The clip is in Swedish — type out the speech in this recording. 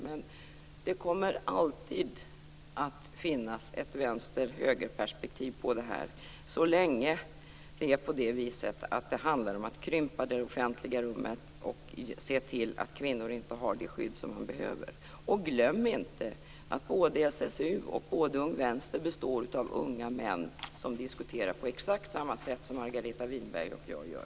Men det kommer alltid att finnas ett vänsterhögerperspektiv på detta så länge det handlar om att krympa det offentliga rummet och se till att kvinnor inte har det skydd som de behöver. Glöm inte att både SSU och Ung Vänster består av unga män som diskuterar på exakt samma sätt som Margareta Winberg och jag gör!